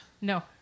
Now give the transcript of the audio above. No